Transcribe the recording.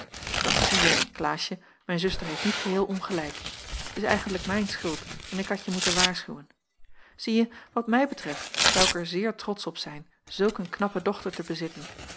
doch zieje klaasje mijn zuster heeft niet geheel ongelijk het is eigentlijk mijn schuld en ik had je moeten waarschuwen zieje wat mij betreft zou ik er zeer trotsch op zijn zulk een knappe dochter te bezitten